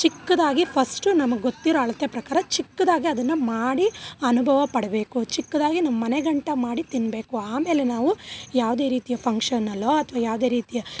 ಚಿಕ್ಕದಾಗಿ ಫಸ್ಟ್ ನಮಗೆ ಗೊತ್ತಿರೋ ಅಳತೆ ಪ್ರಕಾರ ಚಿಕ್ಕದಾಗಿ ಅದನ್ನು ಮಾಡಿ ಅನುಭವ ಪಡಬೇಕು ಚಿಕ್ಕದಾಗಿ ನಮ್ಮಮನೆ ಗಂಟ ಮಾಡಿ ತಿನ್ನಬೇಕು ಆಮೇಲೆ ನಾವು ಯಾವುದೇ ರೀತಿಯ ಫಂಕ್ಷನಲ್ಲೋ ಅಥ್ವ ಯಾವುದೇ ರೀತಿಯ